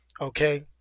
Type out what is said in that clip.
Okay